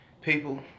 People